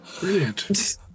Brilliant